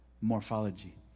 morphology